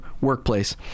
workplace